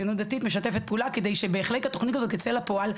ציונות דתית משתפת פעולה כדי שבהחלט התוכנית הזאת תצא לפועל,